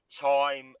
time